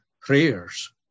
prayers